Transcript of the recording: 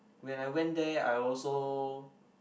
when I went there I also